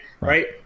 right